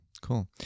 Cool